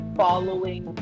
following